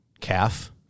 calf